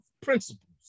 principles